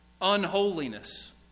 Unholiness